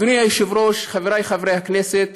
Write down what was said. אדוני היושב-ראש, חבריי חברי הכנסת,